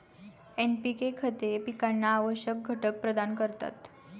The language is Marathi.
एन.पी.के खते पिकांना आवश्यक घटक प्रदान करतात